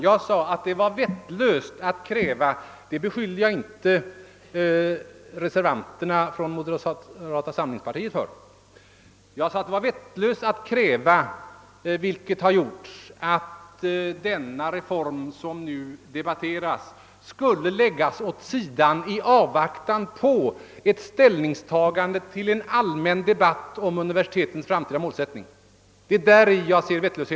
Jag sade att det var vettlöst att, vilket har gjorts, kräva — det beskyllde jag inte reservanterna från moderata samlingspartiet för — att den reform som nu debatteras skulle läggas åt sidan i avvaktan på en allmän debatt om universitetens framtida målsättning. Det är däri jag ser vettlösheten.